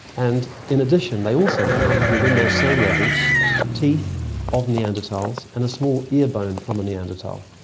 and in addition they also found within those same levels teeth of neanderthals and a small ear bone from a neanderthal,